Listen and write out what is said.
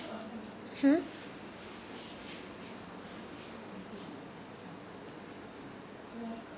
hmm